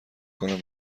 کنم